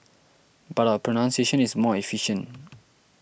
but our pronunciation is more efficient